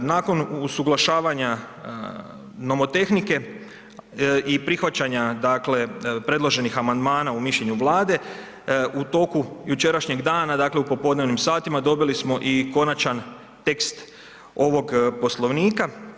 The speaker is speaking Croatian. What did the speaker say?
Nakon usuglašavanja nomotehnike i prihvaćanja, dakle predloženih amandmana u mišljenju Vlade, u toku jučerašnjeg dana, dakle u popodnevnim satima dobili smo i konačan tekst ovog Poslovnika.